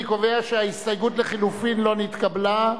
אני קובע שההסתייגות לחלופין לא נתקבלה.